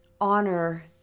honor